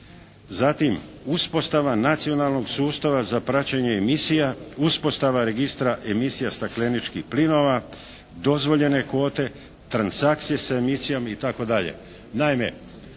zatim uspostava nacionalnog sustava za praćenje emisija, uspostava registra emisija stakleničkih plinova, dozvoljene kvote transakcije sa emisijom itd.